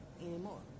anymore